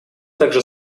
также